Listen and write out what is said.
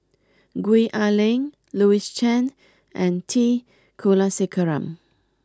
Gwee Ah Leng Louis Chen and T Kulasekaram